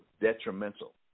detrimental